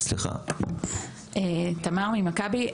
אני ממכבי.